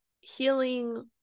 healing